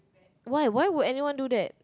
why why would anyone do that